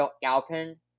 Galpin